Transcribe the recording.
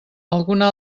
alguna